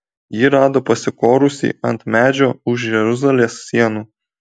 jį rado pasikorusį ant medžio už jeruzalės sienų